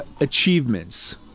achievements